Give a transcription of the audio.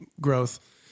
growth